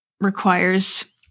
requires